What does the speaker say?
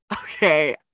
okay